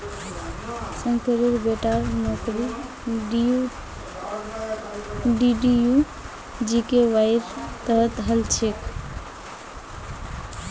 शंकरेर बेटार नौकरी डीडीयू जीकेवाईर तहत हल छेक